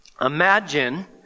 Imagine